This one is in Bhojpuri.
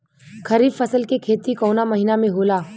खरीफ फसल के खेती कवना महीना में होला?